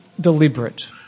deliberate